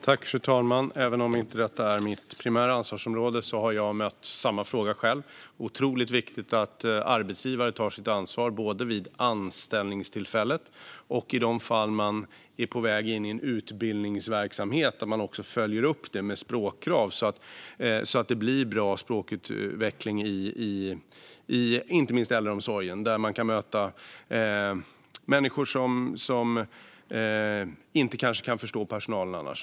Fru talman! Även om detta inte är mitt primära ansvarsområde har jag själv mött samma fråga. Det är otroligt viktigt att arbetsgivaren tar sitt ansvar både vid anställningstillfället och i de fall man är på väg in i en utbildningsverksamhet, att man följer upp utbildningen med språkkrav så att det blir en bra språkutveckling i inte minst äldreomsorgen. Där kan man annars möta människor som kanske inte kan förstå personalen.